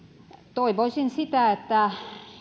toivoisin sitä että